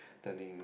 turning